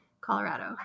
Colorado